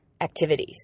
activities